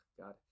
God